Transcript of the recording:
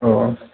अ